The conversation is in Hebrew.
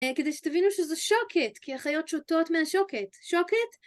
כדי שתבינו שזו שוקת, כי החיות שותות מהשוקת. שוקת?